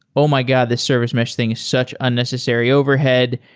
oh my god! this service mesh things is such unnecessary overhead.